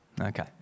okay